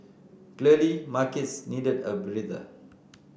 clearly markets needed a breather